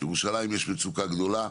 בירושלים יש מצוקה גדולה,